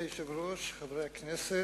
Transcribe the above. אדוני היושב-ראש, חברי הכנסת,